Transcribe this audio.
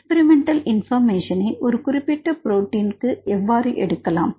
experimental information ஐ ஒரு குறிப்பிட்ட புரோட்டின் எவ்வாறு எடுக்கலாம்